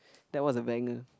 that was a banger